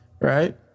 right